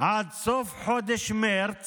עד סוף חודש מרץ